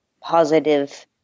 positive